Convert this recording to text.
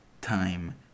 time